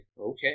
okay